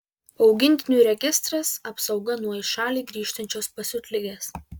augintinių registras apsauga nuo į šalį grįžtančios pasiutligės